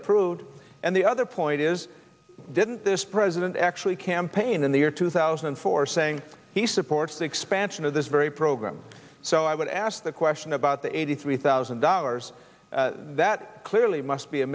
approved and the other point is didn't this president actually campaign in the year two thousand and four saying he supports the expansion of this very program so i would ask the question about the eighty three thousand dollars that clearly must be a